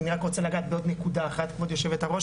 אני רק רוצה לגעת בעוד נקודה אחת כבוד יו"ר,